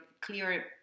clear